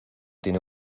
tiene